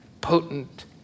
potent